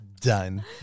done